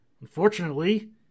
Unfortunately